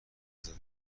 لذت